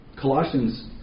Colossians